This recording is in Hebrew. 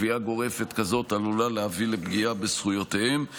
קביעה גורפת כזאת עלולה להביא לפגיעה בזכויותיהם.